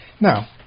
Now